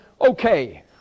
okay